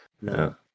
No